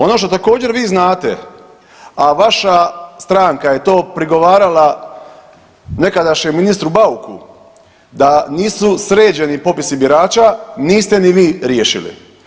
Ono što također vi znate, a vaša stranka je to prigovarala nekadašnjem ministru Bauku, da nisu sređeni popisi birača, niste ni vi riješili.